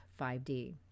5D